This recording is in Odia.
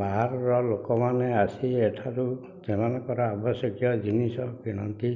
ବାହାରର ଲୋକମାନେ ଆସି ଏଠାରୁ ସେମାନଙ୍କର ଆବଶ୍ୟକୀୟ ଜିନିଷ କିଣନ୍ତି